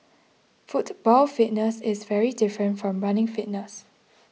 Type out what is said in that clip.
football fitness is very different from running fitness